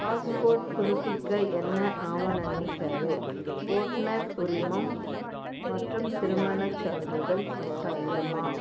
passport புதுப்பிக்க என்ன ஆவணங்கள் தேவை ஓட்டுநர் உரிமம் மற்றும் திருமணச் சான்றிதழ் கட்டாயமா